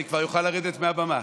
אני כבר אוכל לרדת מהבמה.